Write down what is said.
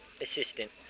assistant